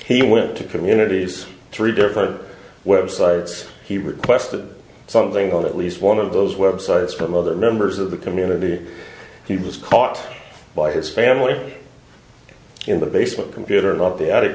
he went to communities three different websites he requested something or at least one of those websites from other members of the community he was caught by his family in the basement computer